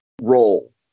role